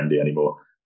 anymore